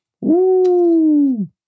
Woo